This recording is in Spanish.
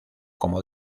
como